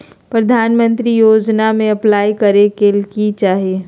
प्रधानमंत्री योजना में अप्लाई करें ले की चाही?